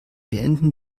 beenden